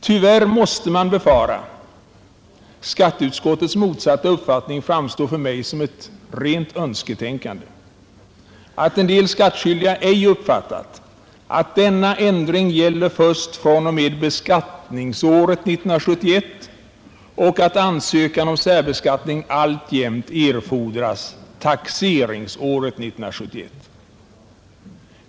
Tyvärr måste man befara — skatteutskottets motsatta uppfattning framstår för mig som ett rent önsketänkande — att en del skattskyldiga ej uppfattat att denna ändring gäller först fr.o.m. beskattningsåret 1971 och att ansökan om särbeskattning alltjämt erfordras för taxeringsåret 1971.